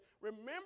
remember